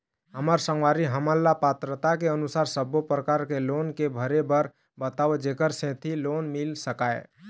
हमर संगवारी हमन ला पात्रता के अनुसार सब्बो प्रकार के लोन के भरे बर बताव जेकर सेंथी लोन मिल सकाए?